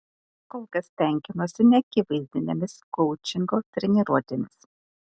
kol kas tenkinuosi neakivaizdinėmis koučingo treniruotėmis